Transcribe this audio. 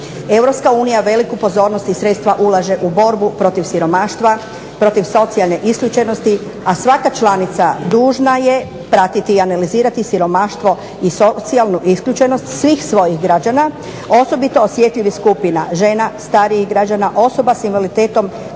Europska unija veliku pozornost i sredstva ulaže u borbu protiv siromaštva, protiv socijalne isključenosti, a svaka članica dužna je pratiti i analizirati siromaštvo i socijalnu isključenost svih svojih građana osobito osjetljivih skupina žena, starijih građana, osoba sa invaliditetom,